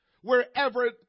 wherever